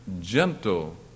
gentle